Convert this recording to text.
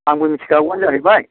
आंबो मिथिखागौआनो जाहैबाय